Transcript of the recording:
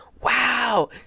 Wow